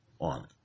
on